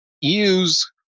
use